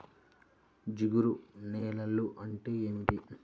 జిగురు నేలలు అంటే ఏమిటీ?